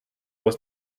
was